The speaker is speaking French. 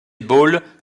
ball